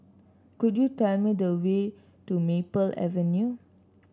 could you tell me the way to Maple Avenue